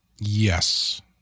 Yes